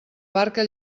barca